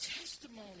testimony